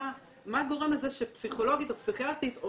מה גורם לזה שפסיכולוגית או פסיכיאטרית או